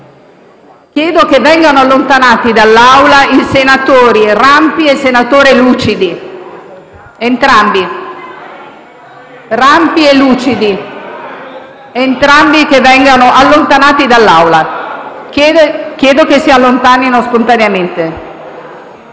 Chiedo che vengano allontanati dall'Aula i senatori Rampi e Lucidi; che entrambi i senatori vengano allontanati dall'Aula. Chiedo che si allontanino spontaneamente.